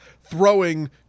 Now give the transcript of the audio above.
throwing